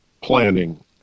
planning